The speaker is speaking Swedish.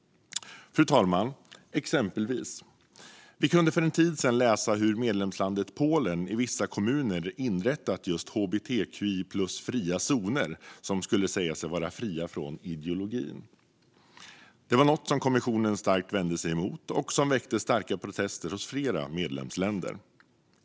Fru talman! Exempelvis kunde vi för en tid sedan läsa att medlemslandet Polen i vissa kommuner har inrättat hbtqi+-fria zoner som ska vara så att säga fria från ideologin. Kommissionen har vänt sig starkt emot det, och det har väckt starka protester bland flera medlemsländer.